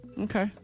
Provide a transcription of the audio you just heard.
Okay